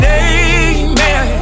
amen